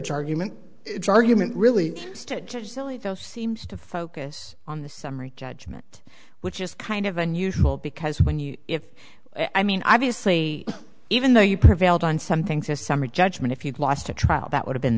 charge him an argument really just silly though seems to focus on the summary judgment which is kind of unusual because when you if i mean obviously even though you prevailed on some things as summary judgment if you'd lost a trial that would have been